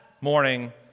morning